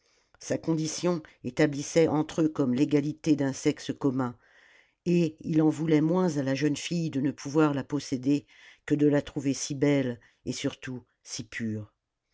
sa condition établissait entre eux comme l'égalité d'un sexe commun et il en voulait moins à la jeune fille de ne pouvoir la posséder que de la trouver si belle et surtout si pure